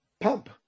pump